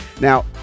Now